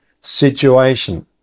situation